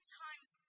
times